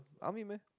army meh